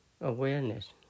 awareness